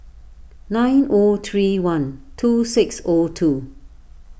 nine O three one two six O two